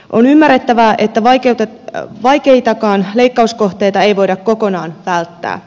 on ymmärrettävää että vaikeitakaan leikkauskohteita ei voida kokonaan välttää